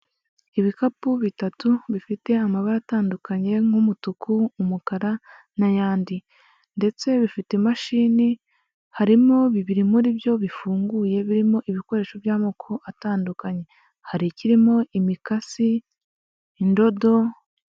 Ibikapu bitatu bifite amabara atandukanye, nk'umutuku, umukara, n'ayandi. Ndetse bifite imashini, harimo bibiri muri byo bifunguye, birimo ibikoresho by'amoko atandukanye. Hari ikirimo imikasi, indodo.